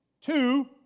two